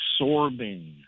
absorbing